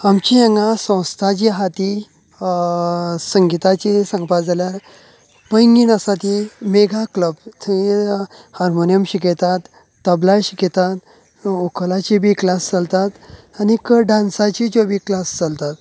आमचे हांगा संस्था जी आसा ती संगीताची सांगपा जाल्यार पैंगीण आसा ती मेगा क्लब थंय हार्मोनियम शिकयतात तबला शिकयतात वोकलाची बी क्लास चलतात आनीक डान्सांच्योय बी क्लास चलतात